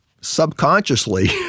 subconsciously